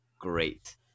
great